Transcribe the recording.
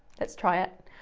let's try it.